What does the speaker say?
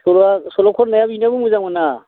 सल'आ सल' खन्नाया बेनाबो मोजांमोन ना